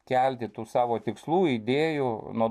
kelti savo tikslų idėjų nuo